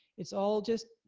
it's all just,